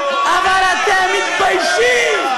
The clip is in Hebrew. אבל אתם מתביישים.